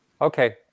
Okay